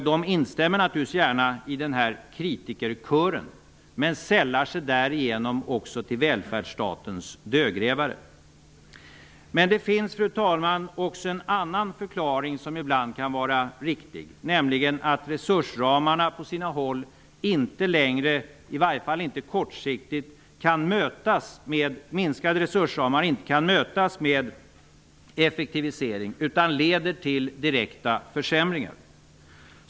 De instämmer naturligtvis gärna i kritikerkören, men sällar sig därigenom också till välfärdsstatens dödgrävare. Men det finns, fru talman, också en annan förklaring som ibland kan vara riktig, nämligen att minskande resursramar på sina håll inte längre -- i varje fall inte kortsiktigt -- kan mötas med effektivisering, utan leder till direkta försämringar.